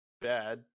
bad